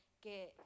Que